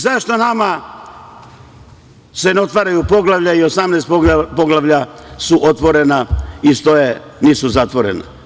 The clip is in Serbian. Zašto se nama ne otvaraju poglavlja, 18 poglavlja su otvorena i stoje, nisu zatvorena?